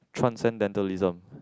Transcendentalism